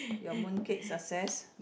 your mooncake success